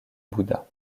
bouddha